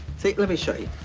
see, let me show you,